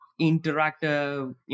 interactive